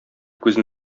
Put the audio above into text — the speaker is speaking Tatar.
күзен